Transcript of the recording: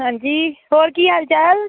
ਹਾਂਜੀ ਹੋਰ ਕੀ ਹਾਲ ਚਾਲ